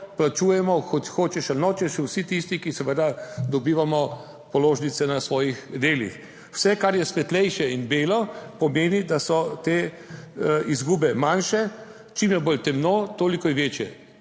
plačujemo hočeš ali nočeš vsi tisti, ki seveda dobivamo položnice na svojih delih. Vse, kar je svetlejše in belo, pomeni, da so te izgube manjše, čim je bolj temno, toliko večje.